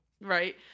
right